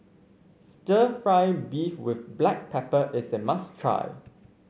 stir fry beef with Black Pepper is a must try